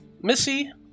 Missy